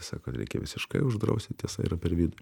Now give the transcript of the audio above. sako kad reikia visiškai uždrausti tiesa yra per vidurį